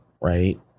right